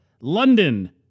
London